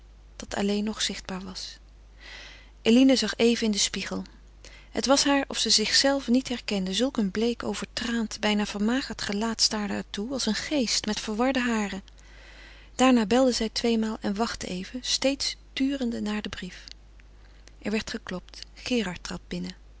dat alleen nog zichtbaar was eline zag even in den spiegel het was haar of ze zichzelve niet herkende zulk een bleek overtraand bijna vermagerd gelaat staarde haar toe als een geest met verwarde haren daarna belde zij tweemaal en wachtte even steeds turende naar den brief er werd geklopt gerard trad binnen